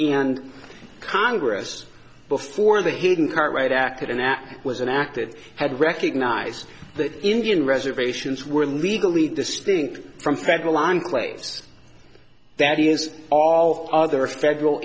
and congress before the hidden card right acted and that was an act that had recognized the indian reservations were legally distinct from federal enclaves that is all other federal